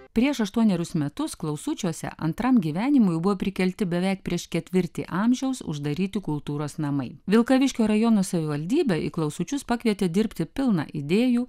prieš aštuonerius metus klausučiuose antram gyvenimui buvo prikelti beveik prieš ketvirtį amžiaus uždaryti kultūros namai vilkaviškio rajono savivaldybė į klausučius pakvietė dirbti pilną idėjų